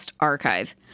archive